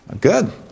Good